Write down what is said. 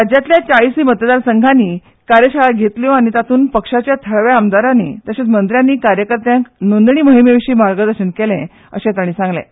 राज्यांतल्या चाळीसूय मतदारसंघांनी कार्यशाळा घेतल्यो आनी तातूंत पक्षाच्या थळाव्या आमदारांनी तशेंच मंत्र्यांनी कार्यकत्यांक नोंदणी मोहिमे विशीं मार्गदर्शन केलें अशें तांणी सांगलें